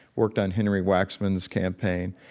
worked on henry waxman's campaign.